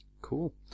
cool